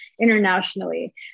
internationally